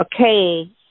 Okay